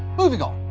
moving on.